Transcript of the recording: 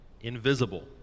invisible